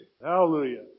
Hallelujah